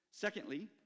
Secondly